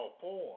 four